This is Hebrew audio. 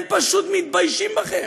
הם פשוט מתביישים בכם.